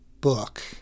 book